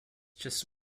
just